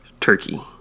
Turkey